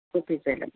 कूपिजलं